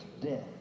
death